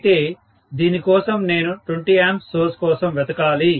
అయితే దీని కోసం నేను 20 A సోర్స్ కోసం వెతకాలి